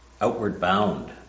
outward-bound